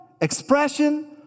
expression